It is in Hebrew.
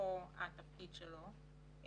אפרופו התפקיד שלו.